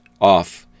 off